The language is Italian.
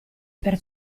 per